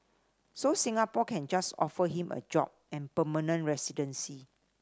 so Singapore can just offer him a job and permanent residency